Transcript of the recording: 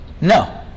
No